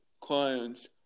clients